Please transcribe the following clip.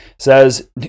says